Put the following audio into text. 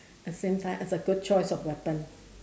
at the same time is a good choice of weapon